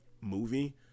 movie